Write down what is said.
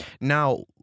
Now